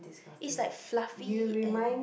it's like fluffy and